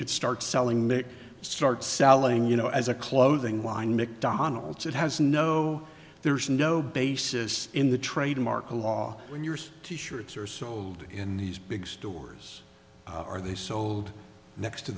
could start selling they start selling you know as a clothing line mc donalds it has no there's no basis in the trademark law when yours t shirts are sold in these big stores are they sold next to